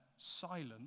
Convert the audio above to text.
silent